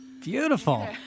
beautiful